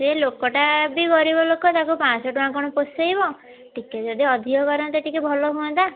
ସେ ଲୋକଟା ବି ଗରିବ ଲୋକ ତାକୁ ପାଞ୍ଚଶହ ଟଙ୍କା କଣ ପୋଷେଇବ ଟିକିଏ ଯଦି ଅଧିକ କରନ୍ତେ ଟିକିଏ ଭଲ ହୁଅନ୍ତା